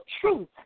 truth